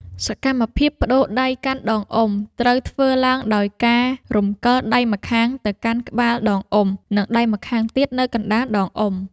សកម្មភាពប្ដូរដៃកាន់ដងអុំ ត្រូវធ្វើឡើងដោយការរំកិលដៃម្ខាងទៅកាន់ក្បាលដងអុំ និងដៃម្ខាងទៀតនៅកណ្ដាលដងអុំ។